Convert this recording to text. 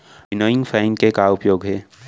Winnowing fan के का उपयोग हे?